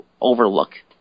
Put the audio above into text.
overlook